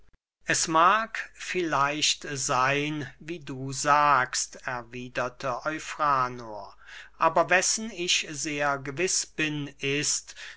es mag vielleicht seyn wie du sagst erwiederte eufranor aber wessen ich sehr gewiß bin ist